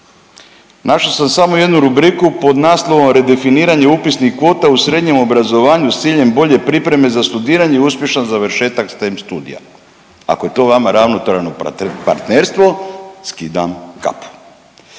Našao sam samo jednu rubriku pod naslovom redefiniranje upisnih kvota u srednjem obrazovanju s ciljem bolje pripreme za studiranje i uspješan završetak STEM studija. Ako je to vama ravnopravno partnerstvo, skidam kapu.